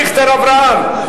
דיכטר אברהם,